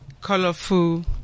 colorful